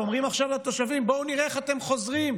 ואומרים עכשיו לתושבים: בואו נראה איך אתם חוזרים.